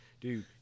dude